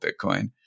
Bitcoin